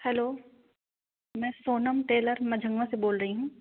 hello मैं Sonam Taylor Majhauan से बोल रही हूँ